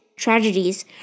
Tragedies